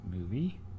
movie